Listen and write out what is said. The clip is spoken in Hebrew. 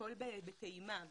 הכול בטעימה,